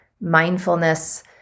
mindfulness